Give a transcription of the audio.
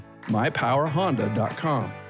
mypowerhonda.com